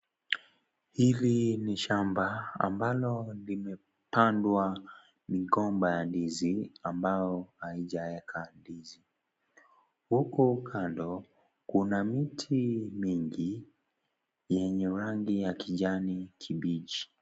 Hili ni shamba ambalo limepandwa migomba ya ndizi ambayo haijaeka ndizi, huku kando, kuna miti mingi yenye rangi ya kijanikibichi.